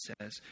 says